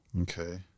Okay